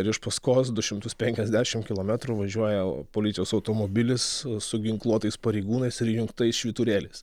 ir iš paskos du šimtus penkiasdešim kilometrų važiuoja policijos automobilis su ginkluotais pareigūnais ir įjungtais švyturėliais